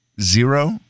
zero